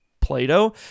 Plato